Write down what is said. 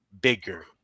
Bigger